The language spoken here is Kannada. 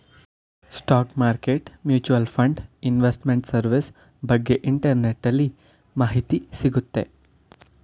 stock market mutual fund investment service ಬಗ್ಗೆ ಇಂಟರ್ನೆಟ್ಟಲ್ಲಿ ಮಾಹಿತಿ ಸಿಗುತ್ತೆ